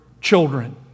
children